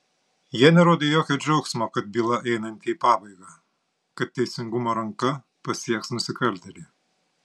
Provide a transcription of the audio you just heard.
jie nerodė jokio džiaugsmo kad byla einanti į pabaigą kad teisingumo ranka pasieks nusikaltėlį